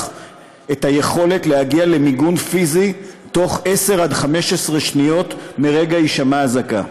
את היכולת להגיע למיגון פיזי בתוך 10 עד 15 שניות מרגע הישמע אזעקה.